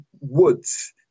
woods